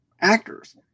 actors